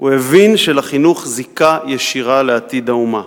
הוא הבין שלחינוך זיקה ישירה לעתיד האומה.